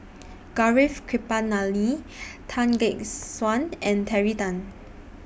Gaurav Kripalani Tan Gek Suan and Terry Tan